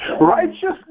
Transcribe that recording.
Righteousness